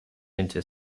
into